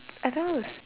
I don't know is